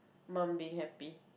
mom being happy